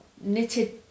knitted